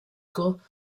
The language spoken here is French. cours